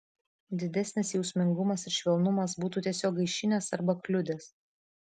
didesnis jausmingumas ar švelnumas būtų tiesiog gaišinęs arba kliudęs